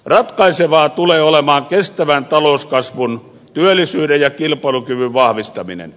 ratkaisevaa tulee olemaan kestävän talouskasvun työllisyyden ja kilpailukyvyn vahvistaminen